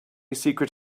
secret